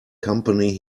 company